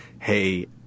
hey